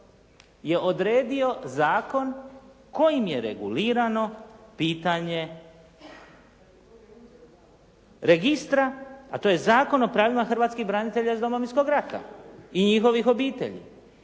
je odredio zakon kojim je regulirano pitanje registra a to je Zakon o pravima hrvatskih branitelja iz Domovinskog rata i njihovih obitelji.